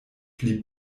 pli